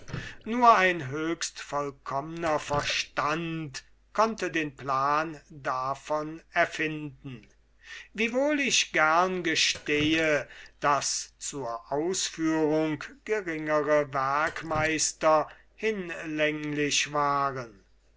nur ein höchstvollkommner verstand konnte den plan davon erfinden wiewohl ich gerne gestehe daß zur ausführung geringere werk meister hinlänglich waren